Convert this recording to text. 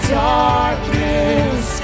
darkness